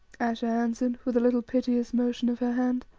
ayesha answered with a little piteous motion of her hand.